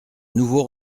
nouveau